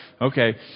okay